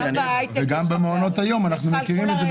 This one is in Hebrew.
גם ממעונות היום אנחנו מכירים את זה,